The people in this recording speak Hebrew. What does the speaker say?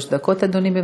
שלוש דקות, אדוני.